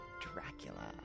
Dracula